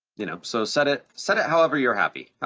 you know, so set it set it however you're happy,